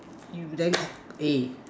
you then cock eh